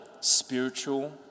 spiritual